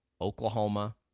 Oklahoma